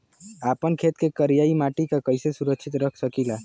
आपन खेत के करियाई माटी के कइसे सुरक्षित रख सकी ला?